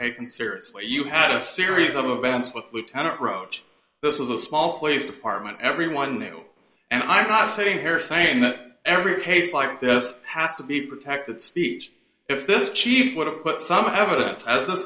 concert you had a series of events with lieutenant roach this is a small police department everyone knew and i'm not sitting here saying that every case like this has to be protected speech if this chief would have put some evidence as th